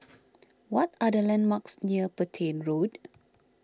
what are the landmarks near Petain Road